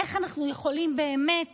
איך אנחנו יכולים באמת